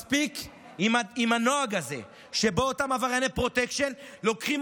מספיק עם הנוהג הזה שבו אותם עברייני פרוטקשן לוקחים